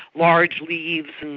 large leaves,